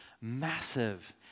massive